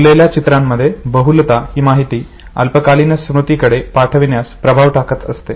बोललेल्या शब्दांमध्ये बहुलता ही माहिती अल्पकालीन स्मृतीकडे पाठवण्यास प्रभाव टाकत असते